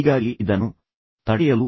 ನೀವು ಇದನ್ನು ನಿವಾರಿಸಬೇಕು